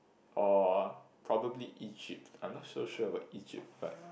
or probably Egypt I'm not so sure about Egypt but